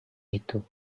itu